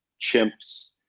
chimps